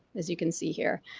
as you can see here.